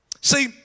See